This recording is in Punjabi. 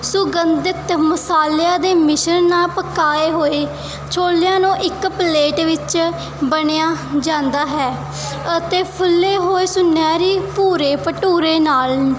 ਸੁਗੰਧਿਤ ਮਸਾਲਿਆਂ ਦੇ ਮਿਸ਼ਰਨ ਨਾਲ ਪਕਾਏ ਹੋਏ ਛੋਲਿਆਂ ਨੂੰ ਇੱਕ ਪਲੇਟ ਵਿੱਚ ਬਣਿਆ ਜਾਂਦਾ ਹੈ ਅਤੇ ਫੁੱਲੇ ਹੋਏ ਸੁਨਹਿਰੀ ਭੂਰੇ ਭਟੂਰੇ ਨਾਲ